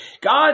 God